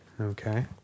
Okay